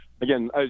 again